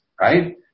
right